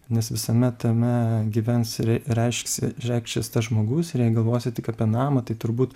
nes visame tame gyvens ir reišks ir reikšis tas žmogus ir jei galvosi tik apie namą tai turbūt